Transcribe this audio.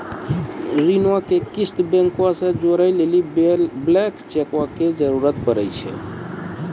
ऋणो के किस्त बैंको से जोड़ै लेली ब्लैंक चेको के जरूरत पड़ै छै